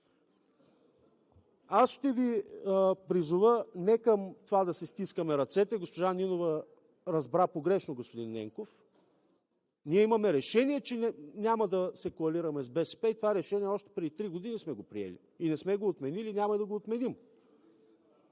Аз ще Ви призова не към това да си стискаме ръцете, а госпожа Нинова разбра погрешно господин Ненков, ние имаме решение, че няма да се коалираме с БСП и сме го приели още преди три години, не сме го отменили и няма да го отменим.